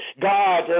God